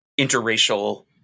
interracial